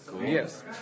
yes